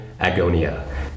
Agonia